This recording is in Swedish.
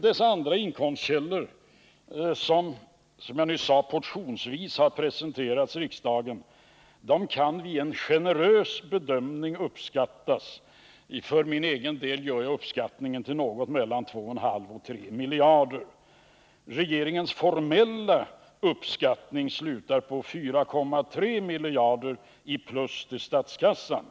Dessa andra inkomstkällor har, som jag nyss sade, portionsvis presenterats riksdagen. De kan vid en generös bedömning uppskattas till mellan 2,5 och 3 miljarder. Regeringens formella uppskattning slutar på 4,3 miljarder i plus för statskassan.